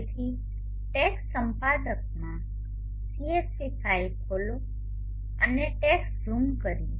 તેથી ટેક્સ્ટ સંપાદકમાં CSV file ખોલો અને ચાલો ટેક્સ્ટ ઝૂમ કરીએ